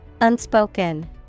Unspoken